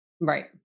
Right